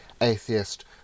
atheist